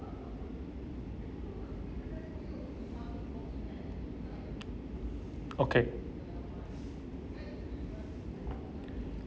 okay